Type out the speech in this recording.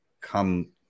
come